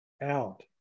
out